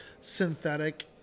synthetic